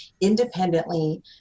independently